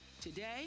Today